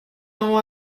nom